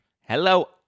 Hello